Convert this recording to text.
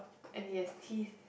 and he has teased